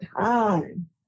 time